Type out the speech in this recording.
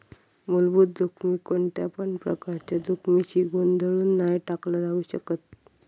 मुलभूत जोखमीक कोणत्यापण प्रकारच्या जोखमीशी गोंधळुन नाय टाकला जाउ शकत